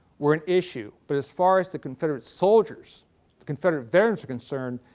were an issue, but as far as the confederate soldiers, the confederate veterans were concerned,